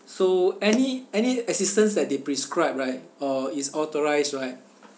so any any assistance that they prescribe right or is authorised right